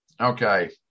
Okay